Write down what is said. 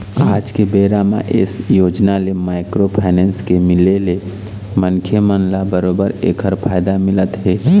आज के बेरा म ये योजना ले माइक्रो फाइनेंस के मिले ले मनखे मन ल बरोबर ऐखर फायदा मिलत हे